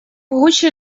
гуще